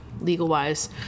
legal-wise